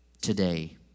today